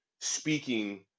speaking